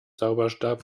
zauberstab